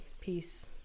peace